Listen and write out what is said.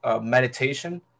meditation